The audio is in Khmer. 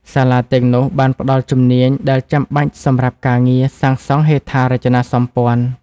សាលាទាំងនោះបានផ្តល់ជំនាញដែលចាំបាច់សម្រាប់ការងារសាងសង់ហេដ្ឋារចនាសម្ព័ន្ធ។